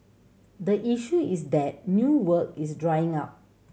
the issue is that new work is drying up